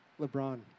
LeBron